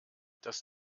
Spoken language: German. das